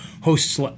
hosts